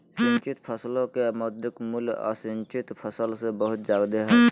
सिंचित फसलो के मौद्रिक मूल्य असिंचित फसल से बहुत जादे हय